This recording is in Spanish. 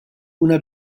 una